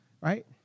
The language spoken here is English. Right